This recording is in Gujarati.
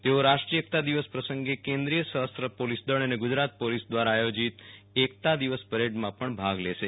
તેઓ રાષ્ટ્રીય એકતા દિવસ પ્રસંગે કેન્દ્રીય શસ્ત્ર પોલીસ દળ અને ગુજરાત પોલીસ દ્રારા આયોજીતે એકતા દિવસ પરેડમાં પણ ભાગ લેશે